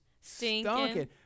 stinking